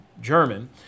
German